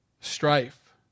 strife